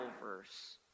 verse